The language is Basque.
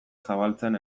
zabaltzen